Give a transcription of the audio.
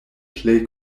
plej